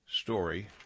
Story